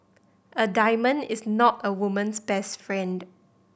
a diamond is not a woman's best friend